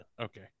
Okay